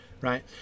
right